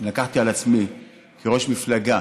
לקחתי על עצמי כראש מפלגה